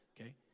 Okay